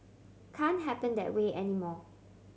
can happen that way anymore